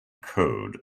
code